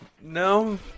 No